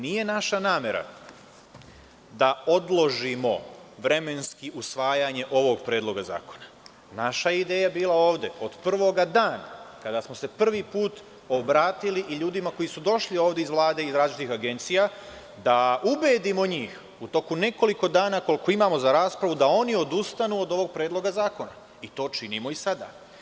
Nije naša namera da odložimo vremenski usvajanje ovog predloga zakona, naša je ideja bila ovde od prvog dana, kada smo se prvi put obratili i ljudima koji su došli ovde iz Vlade i iz različitih agencija, da ubedimo njih u toku nekoliko dana koliko imamo za raspravu da oni odustanu od ovog predloga zakona, i to činimo i sada.